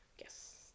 Yes